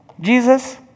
Jesus